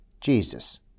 Jesus